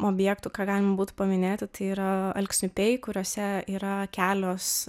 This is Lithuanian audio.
objektų ką galima būti paminėti tai yra alksniupiai kuriose yra kelios